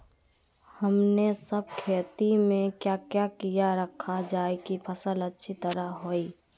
हमने सब खेती में क्या क्या किया रखा जाए की फसल अच्छी तरह होई?